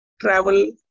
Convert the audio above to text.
travel